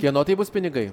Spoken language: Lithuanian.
kieno tai bus pinigai